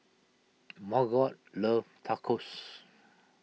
Margot loves Tacos